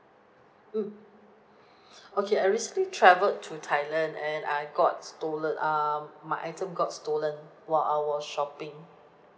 mm okay I recently travelled to thailand and I got stolen um my item got stolen while I was shopping